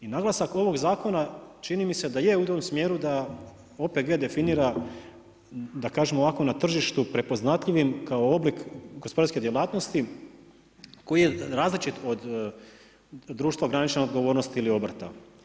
I naglasak ovog zakona čini mi se da je u tom smjeru da OPG definira, da kažemo ovako na tržištu prepoznatljivim kao oblik gospodarske djelatnosti koji je različit od društva ograničene odgovornosti ili obrta.